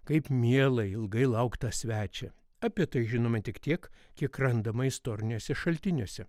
kaip mieląjį ilgai lauktą svečią apie tai žinome tik tiek kiek randama istoriniuose šaltiniuose